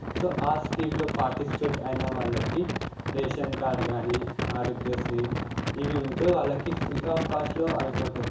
so ఆ స్కీమ్లో participate అయిన వాళ్ళకి రేషన్ కార్డ్ కానీ ఆరోగ్య శ్రీ ఇవి ఉంటే వాళ్ళకి ఫ్రీ ఆఫ్ కోస్ట్లో అయిపోతాయి